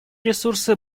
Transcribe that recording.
ресурсы